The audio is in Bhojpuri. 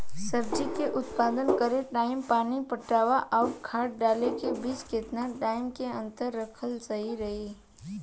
सब्जी के उत्पादन करे टाइम पानी पटावे आउर खाद डाले के बीच केतना टाइम के अंतर रखल सही रही?